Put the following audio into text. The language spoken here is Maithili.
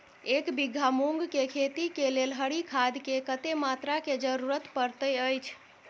एक बीघा मूंग केँ खेती केँ लेल हरी खाद केँ कत्ते मात्रा केँ जरूरत पड़तै अछि?